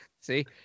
See